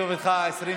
(תיקון,